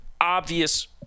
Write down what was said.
obvious